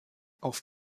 auf